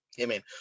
Amen